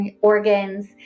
organs